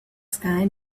sky